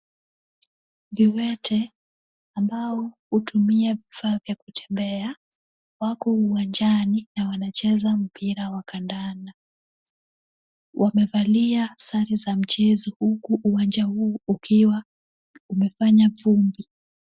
Viwete ambao hutumia vifaa vya kutembea wako uwanjani na wanacheza mpira wa kandanda. Wamevalia sare za mchezo huku uwanja huu ukiwa umefanya vumbi.